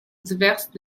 diverses